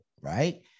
right